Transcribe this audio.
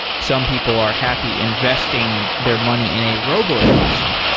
some people are happy investing their money in a robo-advisor.